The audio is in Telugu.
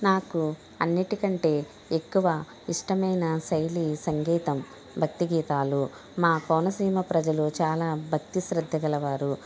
నాకు అన్నిటికంటే ఎక్కువ ఇష్టమైన శైలి సంగీతం భక్తి గీతాలు మా కోనసీమ ప్రజలు చాలా భక్తి శ్రద్ధ గలవారు